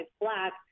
black